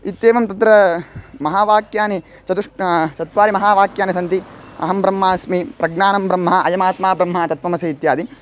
इत्येवं तत्र महावाक्यानि चतुष् चत्वारि महावाक्यानि सन्ति अहं ब्रह्मास्मि प्रज्ञानं ब्रह्म अयमात्मा ब्रह्म तत्वमसि इत्यादि